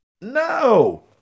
No